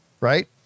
right